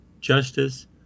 justice